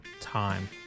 time